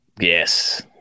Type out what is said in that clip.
Yes